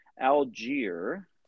Algier